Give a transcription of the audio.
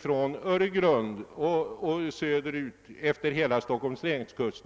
från Öregrund och söderut utefter hela Stockholms läns kust.